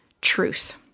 truth